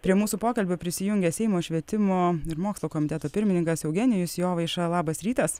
prie mūsų pokalbio prisijungė seimo švietimo ir mokslo komiteto pirmininkas eugenijus jovaiša labas rytas